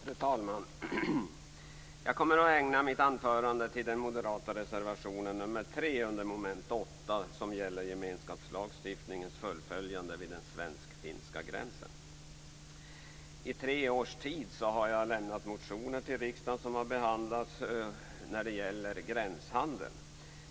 Fru talman! Jag kommer att ägna mitt anförande åt den moderata reservationen nr 3 under mom. 8. Den gäller gemenskapslagstiftningens fullföljande vid den svensk-finska gränsen. I tre års tid har jag lämnat motioner om gränshandeln som har behandlats av riksdagen.